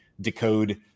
decode